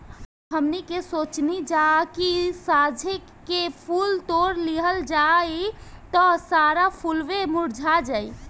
हमनी के सोचनी जा की साझे के फूल तोड़ लिहल जाइ त सारा फुलवे मुरझा जाइ